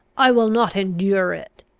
i will not endure it.